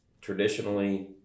Traditionally